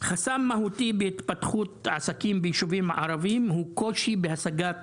חסם מהותי בהתפתחות עסקים ביישובים ערביים הוא קושי בהשגת